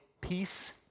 peace